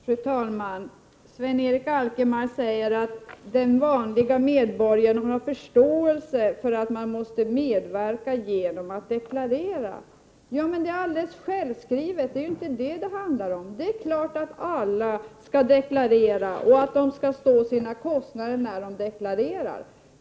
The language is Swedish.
Fru talman! Sven-Erik Alkemark säger att den vanlige medborgaren har förståelse för att man måste medverka genom att deklarera. Det är alldeles självskrivet! Det är dock inte detta det handlar om. Det är klart att alla skall deklarera och att de skall stå sina kostnader när de deklarerar.